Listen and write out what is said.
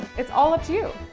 it's all up to you.